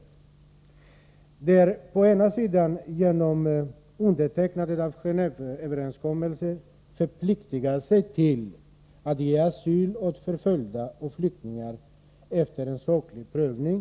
Å ena sidan förpliktigar man sig genom undertecknandet av Genéveöverenskommelsen att ge asyl åt förföljda och flyktingar efter en saklig prövning.